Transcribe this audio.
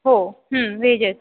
हो हं वेजच